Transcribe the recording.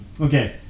Okay